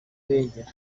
irengero